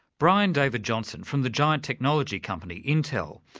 brian david johnson, from the giant technology company, intel.